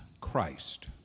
christ